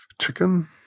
chicken